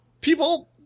people